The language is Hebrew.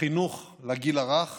החינוך לגיל הרך